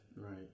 Right